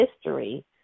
history